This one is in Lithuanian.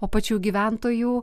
o pačių gyventojų